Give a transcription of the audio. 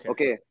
Okay